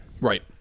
Right